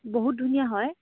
বহুত ধুনীয়া হয়